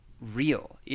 real